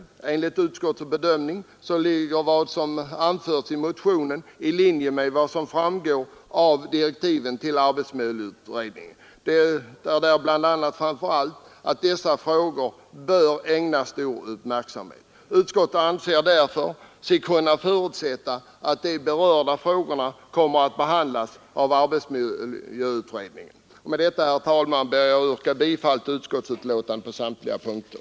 Enligt utskottets bedömning ligger vad som anförts i motsvarande motion i linje med direktiven till arbetsmiljöutredningen, där det bl.a. sägs att de frågor som tas upp i motionen bör ägnas stor uppmärksamhet. Utskottet anser sig därför kunna förutsätta att de berörda frågorna kommer att behandlas av arbetsmiljöutredningen. Med detta, herr talman, ber jag att få yrka bifall till utskottets hemställan på samtliga punkter.